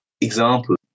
example